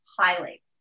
highly